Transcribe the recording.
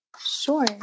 Sure